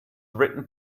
written